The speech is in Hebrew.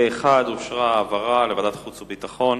פה אחד, אושרה העברה לוועדת חוץ וביטחון.